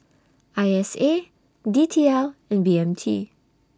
I S A D T L and B M T